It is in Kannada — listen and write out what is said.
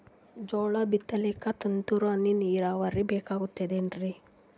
ಜೋಳ ಬಿತಲಿಕ ತುಂತುರ ನೀರಾವರಿ ಬೇಕಾಗತದ ಏನ್ರೀ?